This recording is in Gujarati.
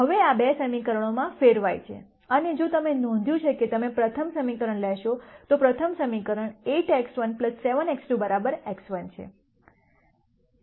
હવે આ બે સમીકરણોમાં ફેરવાય છે અને જો તમે નોંધ્યું છે કે તમે પ્રથમ સમીકરણ લેશો તો પ્રથમ સમીકરણ 8X1 7 X2 x 1 છે